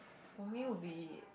for me will be